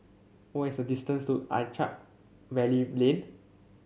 what is the distance to Attap Valley Lane